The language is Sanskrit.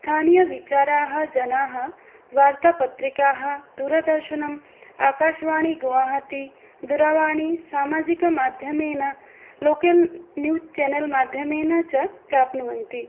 स्थानीयविचाराः जनाः वार्तापत्रिकाः दूरदर्शनम् आकाशवाणी गवाहति दूरवाणी सामाजिकमाध्यमेन लोकेल् न्यु चनल् माध्यमेन च प्राप्नुवन्ति